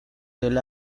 del